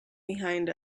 behind